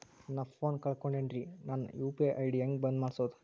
ನನ್ನ ಫೋನ್ ಕಳಕೊಂಡೆನ್ರೇ ನನ್ ಯು.ಪಿ.ಐ ಐ.ಡಿ ಹೆಂಗ್ ಬಂದ್ ಮಾಡ್ಸೋದು?